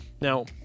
Now